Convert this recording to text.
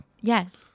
yes